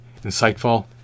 insightful